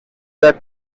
that